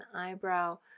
eyebrow